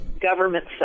government